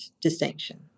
distinction